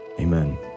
Amen